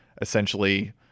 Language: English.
essentially